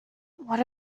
what